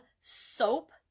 SOAP